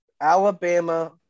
Alabama